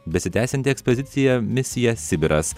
besitęsianti ekspedicija misija sibiras